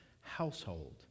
household